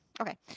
okay